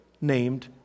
named